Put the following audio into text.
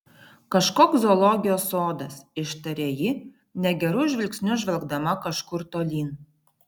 kažkoks zoologijos sodas ištarė ji negeru žvilgsniu žvelgdama kažkur tolyn